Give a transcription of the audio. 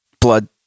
blood